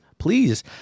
Please